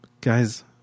Guys